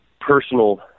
personal